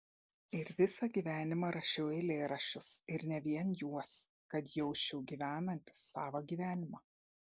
ir visą gyvenimą rašiau eilėraščius ir ne vien juos kad jausčiau gyvenantis savą gyvenimą